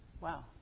Wow